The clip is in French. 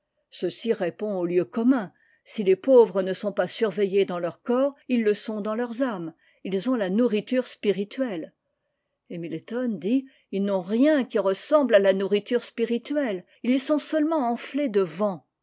ceci répond au lieu commun si les pauvres ne sont pas surveillés dans leurs corps ils le sont dans leurs âmes ils ont la nourriture spirituelle et milton dit ils n'ont rien qui ressemble à la nourriture spirituelle ils sont seulement enflés de vent